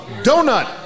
Donut